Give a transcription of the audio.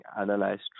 analyzed